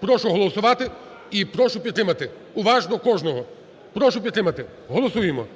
Прошу голосувати і прошу підтримати уважно кожного. Прошу підтримати, голосуємо,